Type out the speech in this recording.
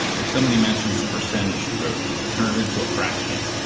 if somebody mentions the percentage, she wrote turned into a fraction.